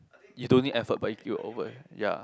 you don't need effort but you you over ya